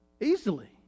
easily